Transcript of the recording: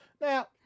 Now